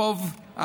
החוב,